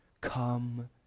Come